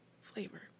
Flavor